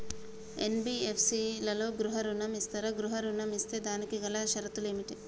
NBFC లలో గృహ ఋణం ఇస్తరా? గృహ ఋణం ఇస్తే దానికి గల షరతులు ఏమిటి?